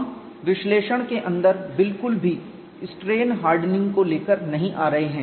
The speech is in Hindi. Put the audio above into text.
हम विश्लेषण के अंदर बिल्कुल भी स्ट्रेन हार्डनिंग को लेकर नहीं आ रहे हैं